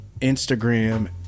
Instagram